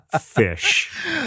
fish